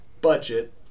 budget